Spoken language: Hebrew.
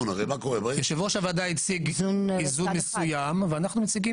יושב ראש הוועדה הציג איזון מסוים ואנחנו מציגים